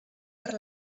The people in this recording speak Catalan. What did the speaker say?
per